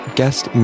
guest